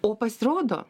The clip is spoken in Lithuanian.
o pasirodo